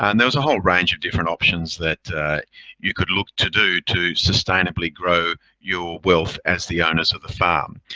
and there was a whole range of different options that you could look to do to sustainably grow your wealth as the owners of the farm.